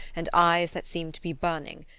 and eyes that seem to be burning.